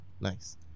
nice